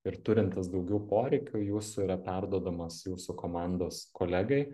ir turintis daugiau poreikių jūsų yra perduodamas jūsų komandos kolegai